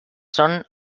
són